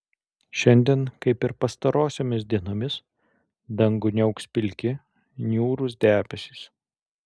šiandien kaip ir pastarosiomis dienomis dangų niauks pilki niūrūs debesys